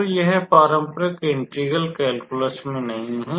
तो यह पारंपरिक इंटीग्रल कैलकुलस में नहीं है